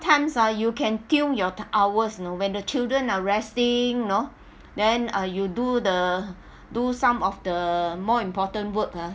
sometimes ah you can kill your hours you know when the children are resting you know then uh you do the do some of the more important work ah